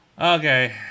Okay